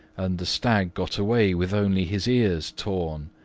and the stag got away with only his ears torn,